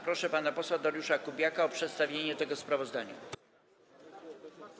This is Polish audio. Proszę pana posła Dariusza Kubiaka o przedstawienie tego sprawozdania.